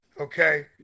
okay